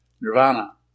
Nirvana